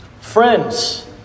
Friends